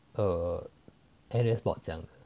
err N_S board 讲